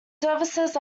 services